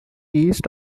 east